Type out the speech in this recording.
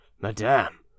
madame